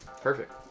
perfect